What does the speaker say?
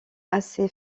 assez